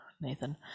Nathan